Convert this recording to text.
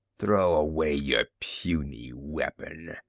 throw away your puny weapon.